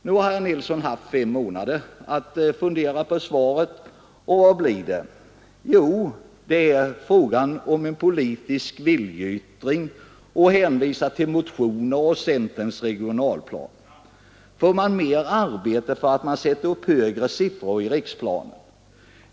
Nu har herr Nilsson haft fem månader på sig att fundera på svaret, och vad blir det? Jo, det är fråga om en viljeyttring, och så hänvisar han till motioner och centerns regionalplan. Får man mer arbete för att man tar upp högre siffror i riksplanen?